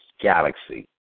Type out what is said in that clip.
Galaxy